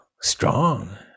strong